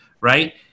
right